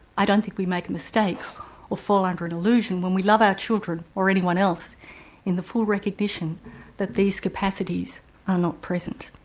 i don't think we make a mistake or fall under an illusion when we love our children or anyone else in the full recognition that these capacities are not present.